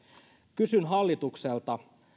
kysyn hallitukselta